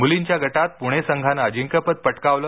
मुलींच्या गटात पुणे संघानं अजिंक्यपद पटकावलं